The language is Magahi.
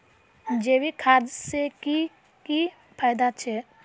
जैविक खाद से की की फायदा छे?